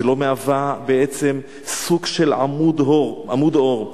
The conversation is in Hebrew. שלא מהווה בעצם סוג של עמוד אור.